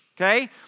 okay